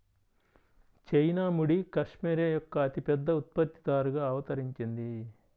China ముడి cashmere యొక్క అతిపెద్ద ఉత్పత్తిదారుగా అవతరించింది